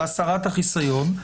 להסרת החיסיון,